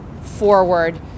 forward